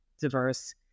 diverse